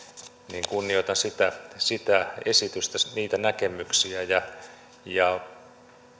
niin kunnioitan sitä sitä esitystä ja niitä näkemyksiä